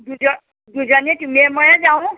দুজনী তুমিয়ে মইয়ে যাওঁ